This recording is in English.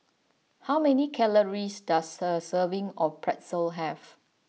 how many calories does a serving of Pretzel have